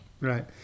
Right